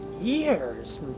years